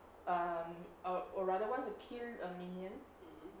um or or rather once you kill a minion